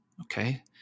okay